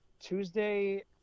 tuesday